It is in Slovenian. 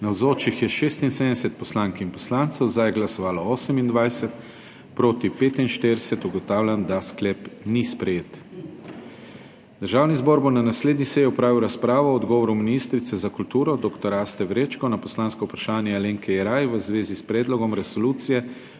Navzočih je 76 poslank in poslancev, za je glasovalo 28, proti 45. (Za je glasovalo 28.) (Proti 45.) Ugotavljam, da sklep ni sprejet. Državni zbor bo na naslednji seji opravil razpravo o odgovoru ministrice za kulturo dr. Aste Vrečko na poslansko vprašanje Alenke Jeraj v zvezi s Predlogom resolucije